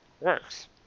works